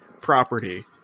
property